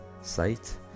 site